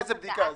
איזו בדיקה?